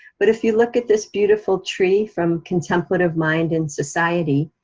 but if you look at this beautiful tree from contemplative mind in society,